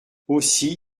aussi